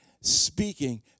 speaking